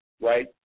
right